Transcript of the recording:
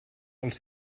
els